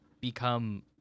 become